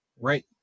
right